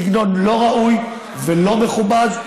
סגנון לא ראוי ולא מכובד.